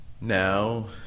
Now